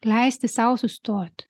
leisti sau sustot